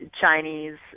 Chinese